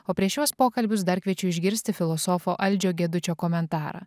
o prieš šiuos pokalbius dar kviečiu išgirsti filosofo aldžio gedučio komentarą